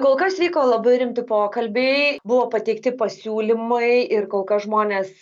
kol kas vyko labai rimti pokalbiai buvo pateikti pasiūlymai ir kol kas žmonės